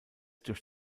durch